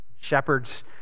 shepherds